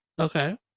Okay